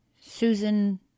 Susan